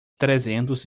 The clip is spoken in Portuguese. trezentos